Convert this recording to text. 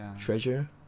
treasure